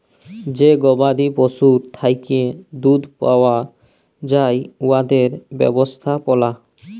যে গবাদি পশুর থ্যাকে দুহুদ পাউয়া যায় উয়াদের ব্যবস্থাপলা